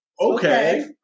Okay